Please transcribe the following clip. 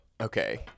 Okay